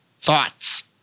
thoughts